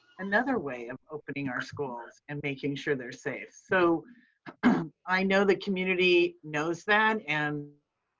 another way of opening our schools and making sure they're safe. so i know the community knows that and